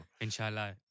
Inshallah